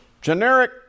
generic